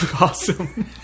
Awesome